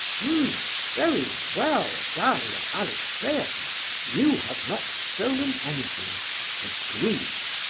um very well, daria alexeyevna you have not stolen anything agreed.